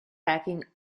packing